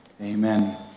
Amen